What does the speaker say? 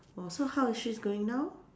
oh so how is she's going now